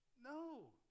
no